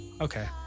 Okay